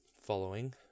Following